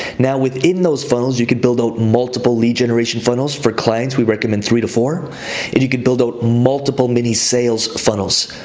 now within those funnels, you could build out multiple lead generation funnels for clients, we recommend three to four, and you could build out multiple mini-sales funnels.